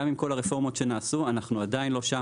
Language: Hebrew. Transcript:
גם עם כל הרפורמות שנעשו אנחנו עדיין לא שם.